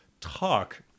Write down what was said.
talk